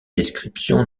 description